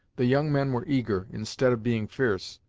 the young men were eager, instead of being fierce,